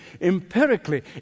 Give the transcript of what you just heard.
empirically